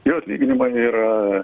jų atlyginimai yra